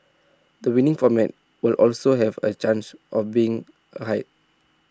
the winning format will also have A chance of being high